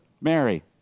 Mary